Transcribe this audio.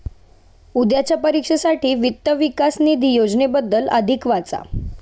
उद्याच्या परीक्षेसाठी वित्त विकास निधी योजनेबद्दल अधिक वाचा